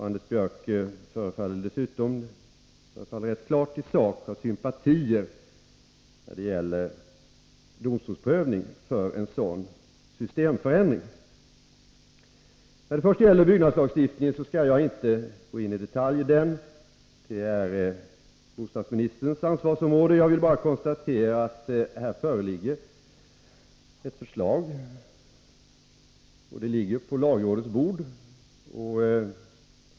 Anders Björck förefaller i sak ha klara sympatier för en systemförändring innebärande övergång till domstolsprövning. När det först gäller byggnadslagstiftningen skall jag inte gå in i dennas detaljer — det är bostadsministerns ansvarsområde. Jag vill bara konstatera att här framlagts ett förslag, som ligger på lagrådets bord.